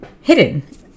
hidden